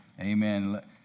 Amen